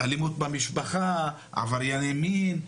אלימות במשפחה, עברייני מין,